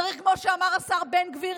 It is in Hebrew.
כמו שאמר השר בן גביר,